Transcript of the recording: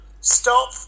stop